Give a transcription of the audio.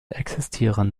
existieren